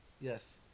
yes